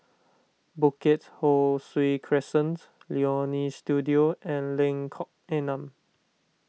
Bukit Ho Swee Crescent Leonie Studio and Lengkok Enam